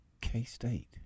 K-State